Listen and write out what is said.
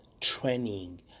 training